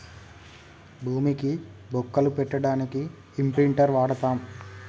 భూమికి బొక్కలు పెట్టడానికి ఇంప్రింటర్ వాడతం